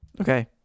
Okay